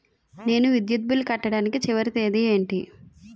నేను విద్యుత్ బిల్లు కట్టడానికి చివరి తేదీ ఏంటి?